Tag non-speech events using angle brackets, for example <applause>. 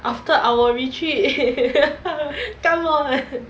after our retreat <laughs> come on